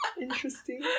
Interesting